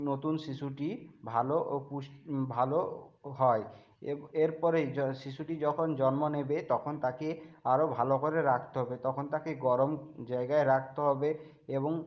নতুন শিশুটি ভালো ও ভালো হয় এর এরপরেই শিশুটি যখন জন্ম নেবে তখন তাকে আরও ভালো করে রাখতে হবে তখন তাকে গরম জায়গায় রাখতে হবে এবং